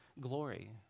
glory